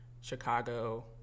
Chicago